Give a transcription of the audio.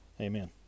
Amen